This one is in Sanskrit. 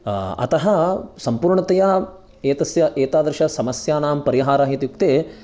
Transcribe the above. अतः संपूर्णतया एतस्य एतादृश समस्यानां परिहारः इत्युक्ते